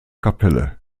kapelle